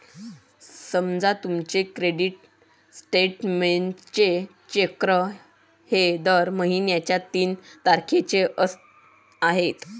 समजा तुमचे क्रेडिट स्टेटमेंटचे चक्र हे दर महिन्याच्या तीन तारखेचे असते